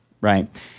right